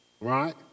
right